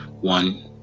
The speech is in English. One